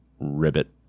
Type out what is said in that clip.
Ribbit